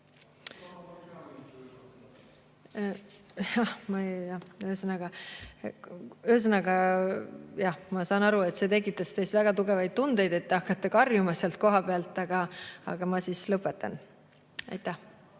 ma saan aru, et see tekitas teis väga tugevaid tundeid, et te hakkate karjuma kohapealt, aga ma siis lõpetan. Kert